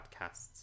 podcasts